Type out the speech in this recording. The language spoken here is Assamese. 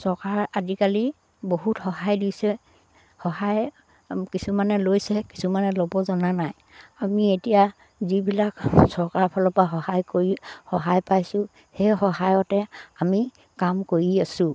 চৰকাৰ আজিকালি বহুত সহায় দিছে সহায় কিছুমানে লৈছে কিছুমানে ল'ব জনা নাই আমি এতিয়া যিবিলাক চৰকাৰৰ ফালৰ পৰা সহায় কৰি সহায় পাইছোঁ সেই সহায়তে আমি কাম কৰি আছোঁ